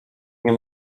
nie